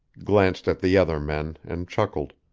glanced at the other men, and chuckled.